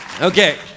Okay